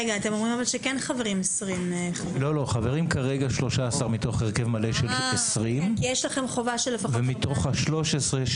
כרגע חברים 13 מתוך הרכב מלא של 20. מתוך ה-13,